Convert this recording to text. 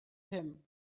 him